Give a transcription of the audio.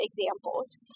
examples